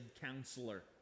counselor